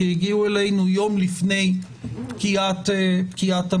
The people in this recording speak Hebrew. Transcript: כי הגיעו אלינו יום לפני פקיעת המועד.